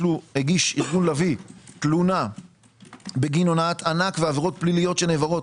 ארגון לביא הגיש תלונה בגין הונאת ענק ועבירות פליליות שנעברות